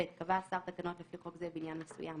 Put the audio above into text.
(ב)קבע השר תקנות לפי חוק זה בעניין מסוים,